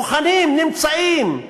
מוכנים, נמצאים,